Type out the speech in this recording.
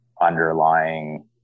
underlying